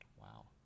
Wow